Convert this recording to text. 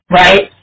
right